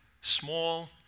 small